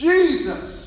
Jesus